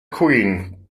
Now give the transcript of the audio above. queen